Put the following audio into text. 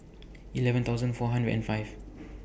eleven thousand four hundred and five